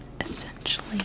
essentially